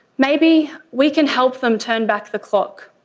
maybe we can help them turn back the clock.